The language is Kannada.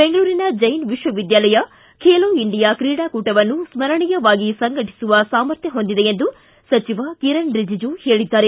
ಬೆಂಗಳೂರಿನ ಜೈನ್ ವಿಶ್ವವಿದ್ಯಾಲಯ ಬೆಲೋ ಇಂಡಿಯಾ ಕ್ರೀಡಾಕೂಟವನ್ನು ಸ್ದರಣೆಯವಾಗಿ ಸಂಘಟಿಸುವ ಸಾಮರ್ಥ್ಯ ಹೊಂದಿದೆ ಎಂದು ಸಚಿವ ಕಿರಣ ರಿಜೆಜು ಹೇಳಿದ್ದಾರೆ